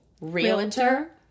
Realtor